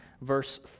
verse